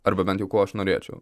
arba bent jau ko aš norėčiau